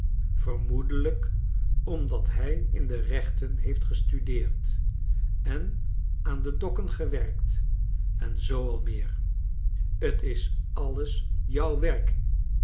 vermoedelijk omdat hij in de rechten heeft gestudeerd en aan de dokken gewerkt en zoo al meer t is alles jouw werk